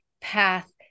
path